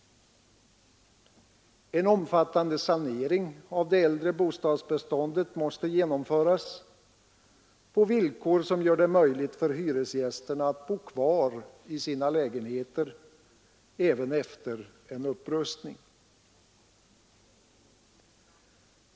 En omfattande sanering av det äldre bostadsbeståndet måste genomföras på villkor som gör det möjligt för hyresgästerna att bo kvar i sina lägenheter även efter en upprustning.